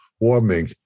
warming